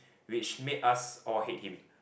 which made us all hate him